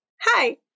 Hi